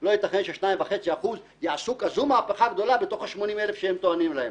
לא ייתכן ש-2.5% יעשו כזו מהפכה גדולה בתוך ה-80,000 שהם טוענים להם.